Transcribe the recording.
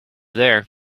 there